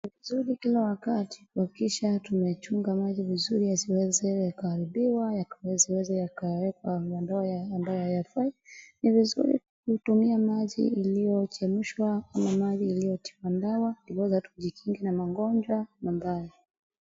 Ni vizuri kila wakati kuhakikisha tumechunga maji vizuri yasiweze yakaharibiwa, yasiweze yakawekwa madawa ambayo hayafai, ni vizuri kutumia maji iliyochemshwa ama maji iliyotiwa dawa ndiposa tujikinge na magonjwa mabaya.